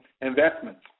investments